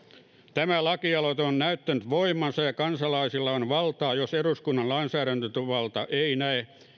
tämä lakialoite on on näyttänyt voimansa kansalaisilla on valtaa jos eduskunnan lainsäädäntövalta ei näe